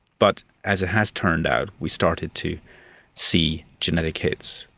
but as it has turned out we started to see genetic hits.